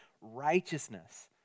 righteousness